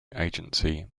agency